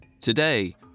Today